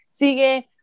sigue